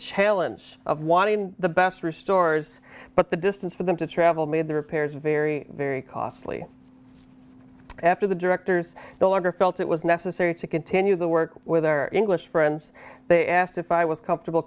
challenge of wanting the best restores but the distance for them to travel made the repairs very very costly after the directors no longer felt it was necessary to continue the work with their english friends they asked if i was comfortable